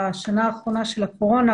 בשנה האחרונה של הקורונה,